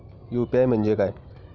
UPI म्हणजे काय?